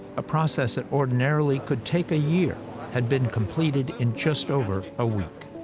a process that ordinarily could take a year had been completed in just over a week.